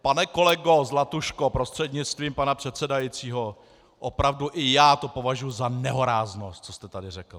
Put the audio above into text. Pane kolego Zlatuško prostřednictvím pana předsedajícího, opravdu i já to považuji za nehoráznost, co jste tady řekl.